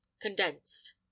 condensed